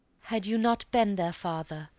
had you not been their father,